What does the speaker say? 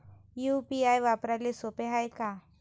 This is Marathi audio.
यू.पी.आय वापराले सोप हाय का?